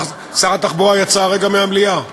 שר התחבורה יצא הרגע מהמליאה.